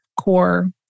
core